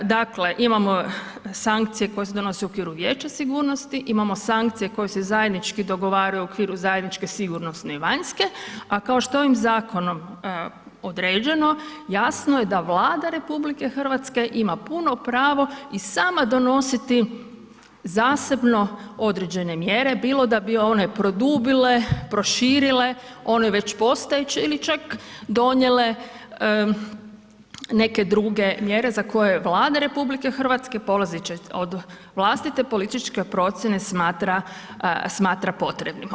Dakle, imamo sankcije koje se donose u okviru Vijeća sigurnosti, imamo sankcije koje se zajednički dogovaraju u okviru zajedničke sigurnosne i vanjske, a kao što je ovim zakonom određeno jasno je da Vlada RH ima puno pravo i sama donositi zasebno određene mjere, bilo da bi one produbile, proširile one već postojeće ili čak donijele neke druge mjere za koje Vlada RH polazeći od vlastite političke procjene smatra, smatra potrebnim.